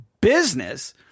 business